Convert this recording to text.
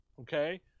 Okay